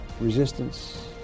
resistance